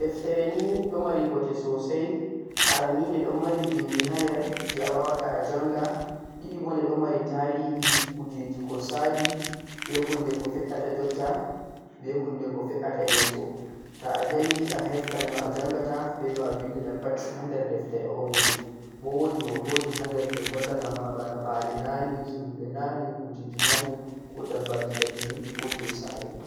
deftehri do mari boteh sosai aranni deh do mari bindi ha der jeh a wawata a jangha didi boh de do mari tarihi kujeji ko sali beh hunde ko fe'ata jotta beh hunde ko fe'a ta yeso to'a janghi a heftan no'a janghata beh no'a vindata sai ha der deftere on woni boh wodi hotoji ha der jeh hollata ma bana bale naane himbe naane kujeji naane ko dabbaji ladde koje saare